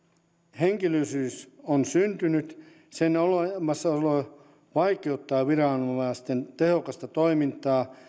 henkilöllisyys on syntynyt sen olemassaolo vaikeuttaa viranomaisten tehokasta toimintaa